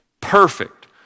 Perfect